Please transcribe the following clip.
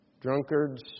drunkards